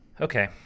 okay